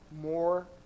more